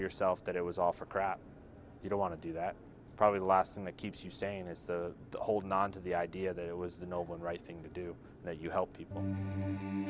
yourself that it was all for crap you don't want to do that probably the last thing that keeps you sane is to hold on to the idea that it was the no one right thing to do that you help people